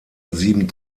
sieben